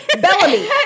Bellamy